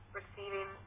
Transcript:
receiving